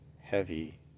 heavy